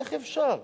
איך אפשר?